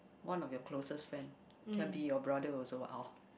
one of your closest friend can be your brother also what hor